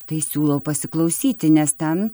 tai siūlau pasiklausyti nes ten